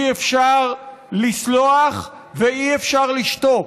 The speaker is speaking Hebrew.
אי-אפשר לסלוח ואי-אפשר לשתוק.